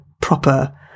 proper